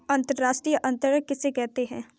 अंतर्राष्ट्रीय अंतरण किसे कहते हैं?